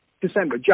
December